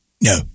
no